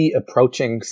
approaching